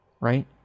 right